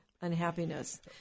unhappiness